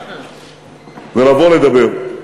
ולבוא לדבר.